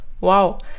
Wow